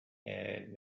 and